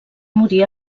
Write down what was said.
morir